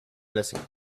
blessing